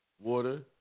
water